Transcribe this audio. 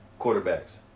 Quarterbacks